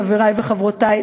חברי וחברותי,